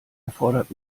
erfordert